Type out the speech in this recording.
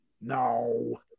No